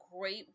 great